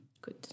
Good